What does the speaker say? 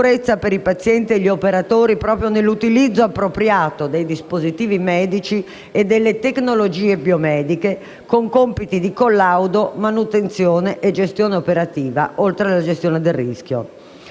la sicurezza per i pazienti e gli operatori nell'utilizzo appropriato dei dispositivi medici e delle tecnologie biomediche, con compiti di collaudo, manutenzione e gestione operativa, oltre alla gestione del rischio.